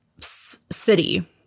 city